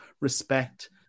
respect